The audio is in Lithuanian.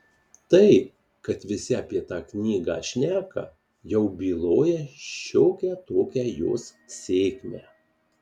tai kad visi apie tą knygą šneka jau byloja šiokią tokią jos sėkmę